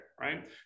right